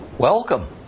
Welcome